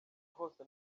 hose